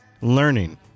learning